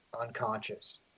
unconscious